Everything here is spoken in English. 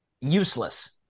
useless